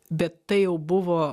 bet tai jau buvo